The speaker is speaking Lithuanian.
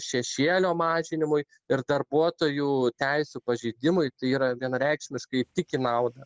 šešėlio mažinimui ir darbuotojų teisių pažeidimui tai yra vienareikšmiškai tik į naudą